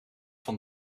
van